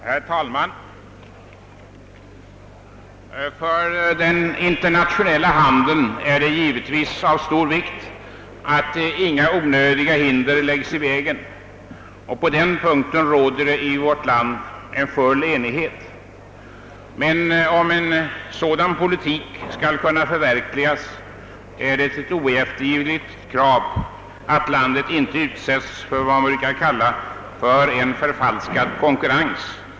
Herr talman! Det är givetvis av stor vikt för den internationella handeln att inga onödiga hinder lägges i dess väg. På den punkten råder i vårt land full enighet. Men om en sådan politik skall kunna förverkligas är det ett oeftergivligt krav att landet inte utsätts för vad man brukar kalla »förfalskad konkur rens».